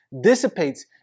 dissipates